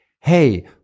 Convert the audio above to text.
hey